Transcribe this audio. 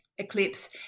Eclipse